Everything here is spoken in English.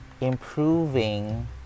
improving